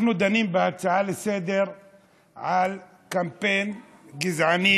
אנחנו דנים בהצעה לסדר-היום על קמפיין גזעני